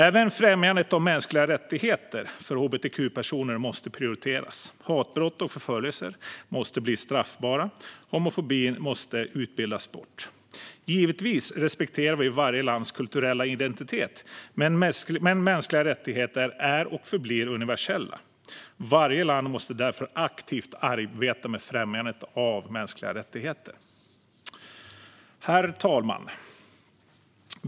Även främjandet av mänskliga rättigheter för hbtq-personer måste prioriteras. Hatbrott och förföljelser måste bli straffbara. Homofobin måste utbildas bort. Givetvis respekterar vi varje lands kulturella identitet, men mänskliga rättigheter är och förblir universella. Varje land måste därför aktivt arbeta med främjandet av mänskliga rättigheter. Herr talman!